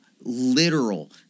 literal